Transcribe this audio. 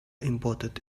important